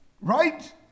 Right